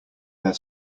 their